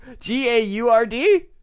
G-A-U-R-D